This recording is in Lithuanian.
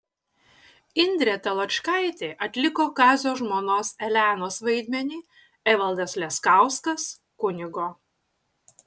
indrė taločkaitė atliko kazio žmonos elenos vaidmenį evaldas leskauskas kunigo